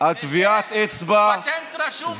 על טביעת אצבע, פטנט, פטנט רשום לנתניהו.